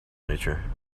nature